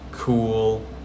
Cool